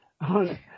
on